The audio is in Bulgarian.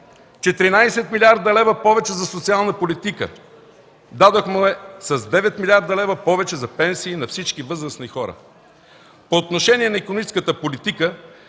14 млрд. лв. повече за социална политика, дадохме с 9 млрд. лв. повече за пенсии на всички възрастни хора. По отношение на икономическата политика,